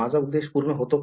माझा उद्देश पूर्ण होतो का